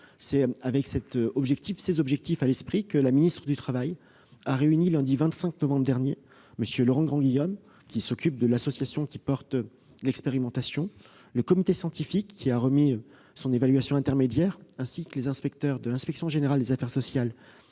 C'est dans ce sens que la ministre du travail a réuni, lundi 25 novembre dernier, M. Laurent Grandguillaume, qui s'occupe de l'association portant cette expérimentation, le comité scientifique qui a remis son évaluation intermédiaire, ainsi que les inspecteurs de l'inspection générale des affaires sociales